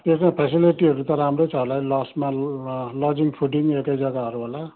त्यसो फेसिलिटीहरू त राम्रै छ होला नि लजमा लजिङ फुडिङ एकै जग्गाहरू होला